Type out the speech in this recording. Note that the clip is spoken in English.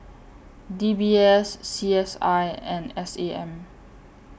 D B S C S I and S A M